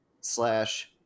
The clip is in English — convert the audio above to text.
slash